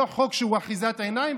לא חוק שהוא אחיזת עיניים,